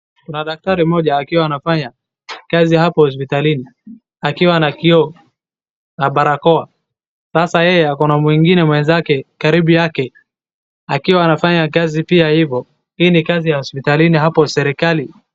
Kuna daktari mmoja akiwa anafanya kazi hapo hospitalini akiwa na kioo na barakoa. Sasa yeye ako mwingine na mwenzake karibu yake akiwa anafanya kazi pia hivo. Hii ni kazi ya hospitali hapo serikali.